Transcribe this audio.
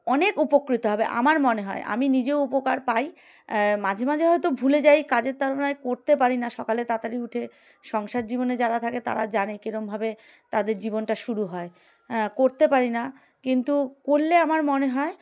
অনেক উপকৃত হবে আমার মনে হয় আমি নিজেও উপকার পাই মাঝে মাঝে হয়তো ভুলে যাই কাজের তুলণায় করতে পারি না সকালে তাড়াতাড়ি উঠে সংসার জীবনে যারা থাকে তারা জানে কীরমভাবে তাদের জীবনটা শুরু হয়্যাঁ করতে পারি না কিন্তু করলে আমার মনে হয়